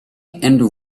and